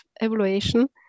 evaluation